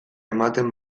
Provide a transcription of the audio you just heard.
ematen